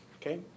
okay